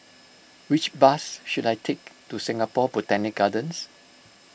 which bus should I take to Singapore Botanic Gardens